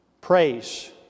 Praise